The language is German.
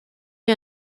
wir